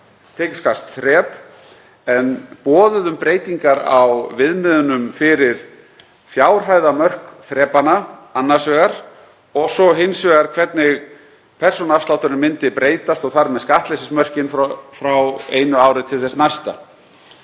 tekjuskattsþrep en boðuðum breytingar á viðmiðunum fyrir fjárhæðarmörk þrepanna annars vegar og svo hins vegar hvernig persónuafslátturinn myndi breytast og þar með skattleysismörkin frá einu ári til þess næsta.